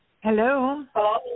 Hello